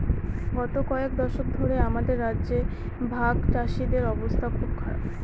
গত কয়েক দশক ধরে আমাদের রাজ্যে ভাগচাষীদের অবস্থা খুব খারাপ